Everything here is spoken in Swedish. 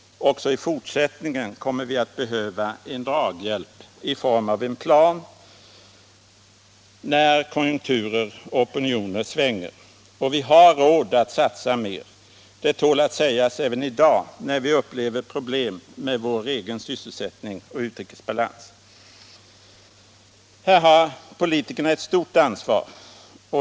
Också i fortsättningen kommer vi att behöva draghjälp i form av en plan, när konjunkturer och opinioner svänger. Och vi har råd att satsa mer — det tål att sägas även i dag, när vi upplever problem med vår egen sysselsättning och utrikesbalans. Här har politikerna ett stort ansvar.